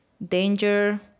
danger